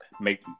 make